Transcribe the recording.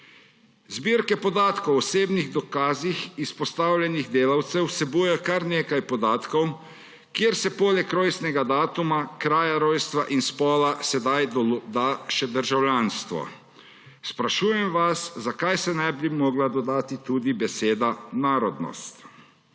Zbirke podatkov o osebnih dokazih izpostavljenih delavcev vsebujejo kar nekaj podatkov, kjer se poleg rojstnega datuma, kraja rojstva in spola sedaj doda še državljanstvo. Sprašujem vas, zakaj se ne bi mogla dodati tudi beseda narodnost.